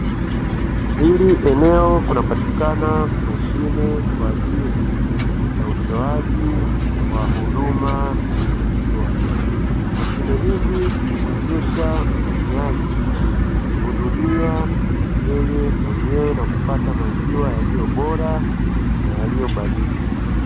Hili eneo kunapatikana mashine kwa ajili ya utoaji wa huduma ya maziwa. Mashine hii hii humuwezesha mtumiaji kujihudumia yeye mwenyewe na kupata maziwa yaliyo bora na yaliyobaridi.